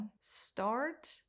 start